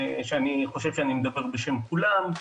אני חושב שאני מדבר בשם כולם.